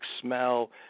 smell